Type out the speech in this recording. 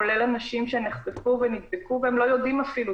כולל אנשים שנחשפו ונדבקו והם אפילו לא יודעים,